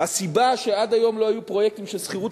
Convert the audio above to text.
הסיבה לכך שעד היום לא היו פרויקטים של שכירות